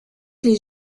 les